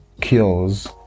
cures